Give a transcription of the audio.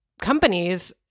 companies